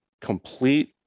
complete